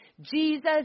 Jesus